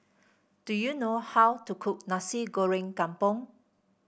do you know how to cook Nasi Goreng Kampung